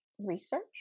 research